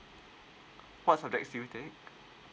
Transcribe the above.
what subjects do you take